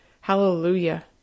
Hallelujah